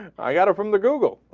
i gotta from the google